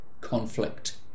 conflict